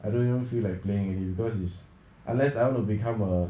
I don't even feel like playing any because it's unless I want to become a